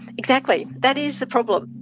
exactly. that is the problem.